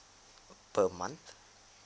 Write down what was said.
per month